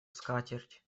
скатерть